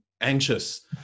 anxious